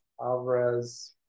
Alvarez